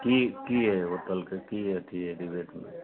की की अछि की होटलके की अथी अछि रिबेटमे